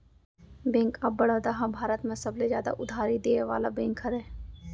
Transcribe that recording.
bank of Baroda ह भारत म सबले जादा उधारी देय वाला बेंक हरय